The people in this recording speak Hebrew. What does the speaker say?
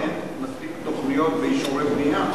אין מספיק תוכניות ואישורי בנייה,